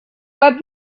let